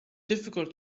difficult